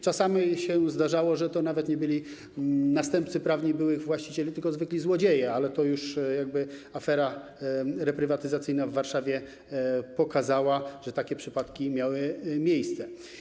Czasami zdarzało się, że to nawet nie byli następcy prawni byłych właścicieli tylko zwykli złodzieje, ale to już afera reprywatyzacyjna w Warszawie pokazała, że takie przypadki miały miejsce.